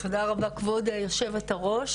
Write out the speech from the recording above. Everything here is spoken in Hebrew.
תודה רבה כבוד היושבת ראש,